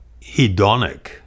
hedonic